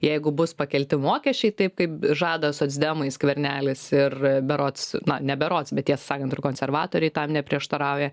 jeigu bus pakelti mokesčiai taip kaip žada socdemai skvernelis ir berods na ne berods bet tiesą sakant ir konservatoriai tam neprieštarauja